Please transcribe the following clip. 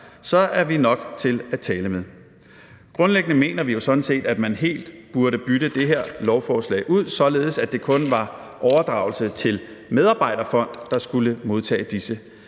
så er vi nok til at tale med. Grundlæggende mener vi jo sådan set, at man helt burde bytte det her lovforslag ud, således at det kun var en overdragelse til en medarbejderfond, der skulle modtage disse